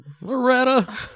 Loretta